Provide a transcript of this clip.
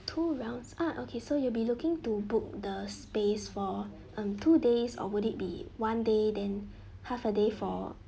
two rounds ah okay so you'll be looking to book the space for um two days or would it be one day then half a day for